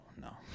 no